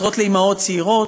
עוזרות לאימהות צעירות,